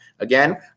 Again